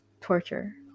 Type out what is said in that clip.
torture